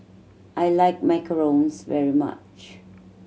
I like macarons very much